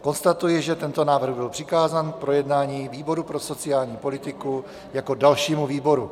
Konstatuji, že tento návrh byl přikázán k projednání výboru pro sociální politiku jako dalšímu výboru.